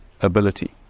ability